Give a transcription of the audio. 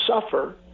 suffer